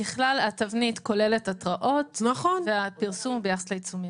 ככלל התבנית כוללת התראות והפרסום ביחס לעיצומים.